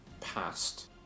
past